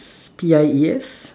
P I E S